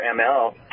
ml